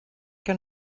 que